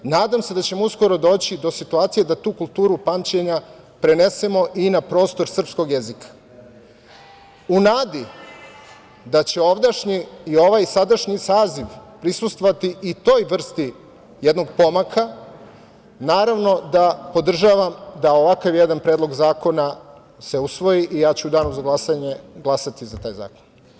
Nadam se da ćemo uskoro doći do situacije da tu kulturu pamćenja prenesemo i na prostor srpskog jezika u nadi da će ovdašnji i ovaj sadašnji saziv prisustvovati i toj vrsti jednog pomaka, naravno da podržavam da ovakav jedan predlog zakona se usvoji i ja ću u danu za glasanje glasati za taj zakon.